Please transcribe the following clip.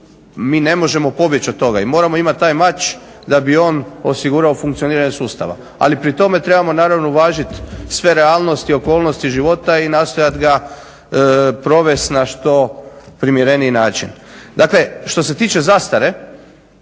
ne možemo pobjeći i moramo imati taj mač da bi on osigurao funkcioniranje sustava. Ali pri tome moramo uvažiti sve realnosti, okolnosti života i nastojat ga provesti na što primjereniji način. Dakle što se tiče zastare,